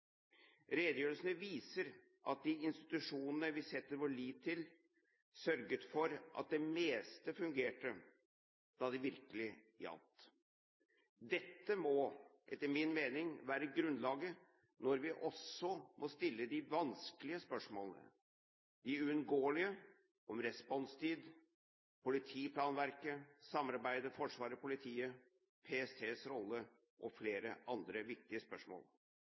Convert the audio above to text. Redegjørelsene viser at de institusjonene vi setter vår lit til, sørget for at det meste fungerte da det virkelig gjaldt. Dette må, etter min mening, være grunnlaget når vi også må stille de vanskelige, men uunngåelige spørsmålene om responstid, politiplanverk, samarbeidet mellom Forsvaret og politiet, PSTs rolle og flere andre viktige spørsmål.